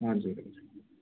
हजुर हजुर